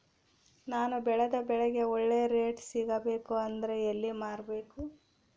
ನಾನು ಬೆಳೆದ ಬೆಳೆಗೆ ಒಳ್ಳೆ ರೇಟ್ ಸಿಗಬೇಕು ಅಂದ್ರೆ ಎಲ್ಲಿ ಮಾರಬೇಕು?